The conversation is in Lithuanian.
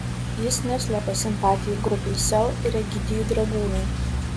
jis neslepia simpatijų grupei sel ir egidijui dragūnui